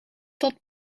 dat